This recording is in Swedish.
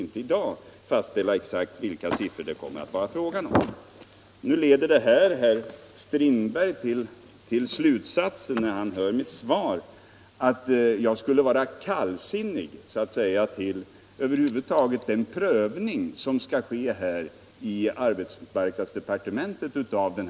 Nu drar herr Strindberg den slutsatsen, när han hör mitt svar, att jag skulle vara kallsinnig över huvud taget till den prövning av den här framställningen som skall ske i arbetsmarknadsdepartementet.